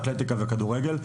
אתלטיקה וכדורגל,